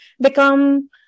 become